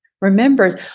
remembers